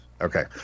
Okay